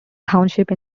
township